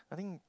I think